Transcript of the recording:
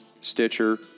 Stitcher